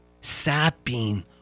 sapping